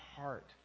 heart